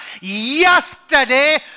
yesterday